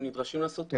הם נדרשים לעשות trocar.